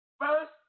First